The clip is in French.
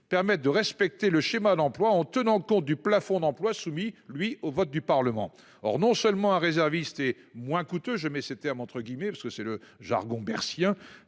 permettent de respecter le schéma d'emplois en tenant compte du plafond d'emplois soumis lui au vote du Parlement. Or non seulement un réserviste et moins coûteux. Je mets ce terme entre guillemets, parce que c'est le jargon siens